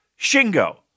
Shingo